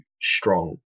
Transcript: strong